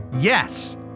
Yes